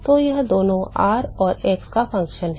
तो यह दोनों r और x का फ़ंक्शन है